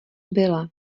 byla